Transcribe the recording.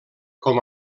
com